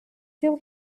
till